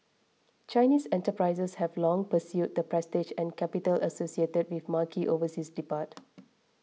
Chinese enterprises have long pursued the prestige and capital associated with marquee overseas depart